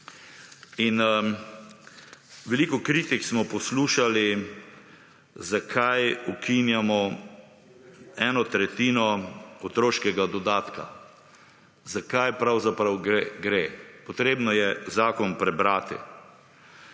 In veliko kritik smo poslušali zakaj ukinjamo eno tretjino otroškega dodatka. Za kaj pravzaprav gre? Potrebno je zakon prebrati.